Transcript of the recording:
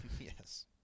Yes